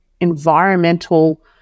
environmental